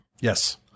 Yes